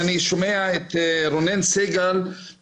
אצלך יש את הבסיס הצבאי שמונע ממך בדיוק כמו ששמורת טבע מונעת ממני,